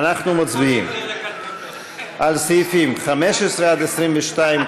אנחנו מצביעים על סעיפים 15 עד 22,